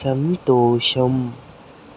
సంతోషం